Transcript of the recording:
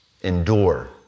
Endure